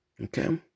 Okay